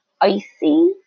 icy